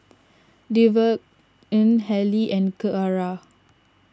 Devaughn Haley and Keara